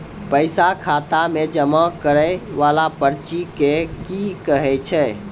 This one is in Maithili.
पैसा खाता मे जमा करैय वाला पर्ची के की कहेय छै?